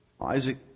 Isaac